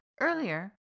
Earlier